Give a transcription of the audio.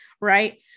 right